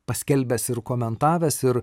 paskelbęs ir komentavęs ir